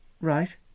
Right